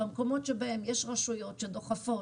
במקומות שבהם יש רשויות שדוחפות,